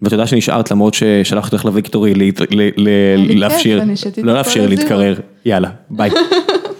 ותודה שנשארת למרות ששלחתי אותך לויקטורי להפשיר, לא להפשיר להתקרר, יאללה, ביי.